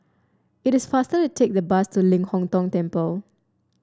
it is faster to take the bus to Ling Hong Tong Temple